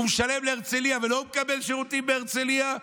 הוא משלם להרצליה ולא מקבל שירותים בהרצליה.